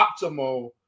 optimal